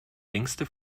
längste